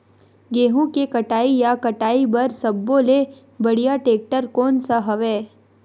गेहूं के कटाई या कटाई बर सब्बो ले बढ़िया टेक्टर कोन सा हवय?